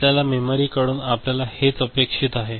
आपल्या मेमरी कडून आपल्याला हेच अपेक्षित आहे